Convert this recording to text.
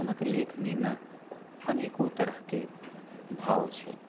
हुनक लेखनीमे अनेको तरहके भाव छै